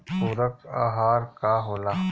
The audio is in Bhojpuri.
पुरक अहार का होला?